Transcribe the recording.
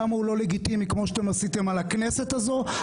כמו שאתה סיכמת עכשיו.